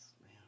man